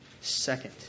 second